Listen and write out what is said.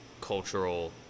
cultural